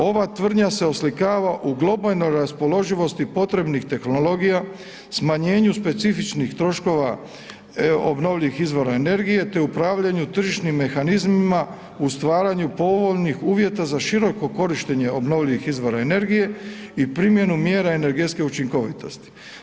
Ova tvrdnja se oslikava u globalnoj raspoloživosti potrebnih tehnologija, smanjenju specifičnih troškova obnovljivih izvora energije te upravljanju tržišnim mehanizmima u stvaranju povoljnih uvjeta za široko korištenje obnovljivih izvora energije i primjenu energetske učinkovitosti.